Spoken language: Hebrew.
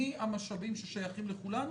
מהמשאבים ששייכים לכולנו,